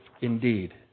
indeed